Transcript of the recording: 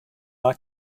our